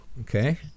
okay